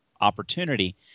opportunity